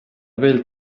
wählt